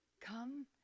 Come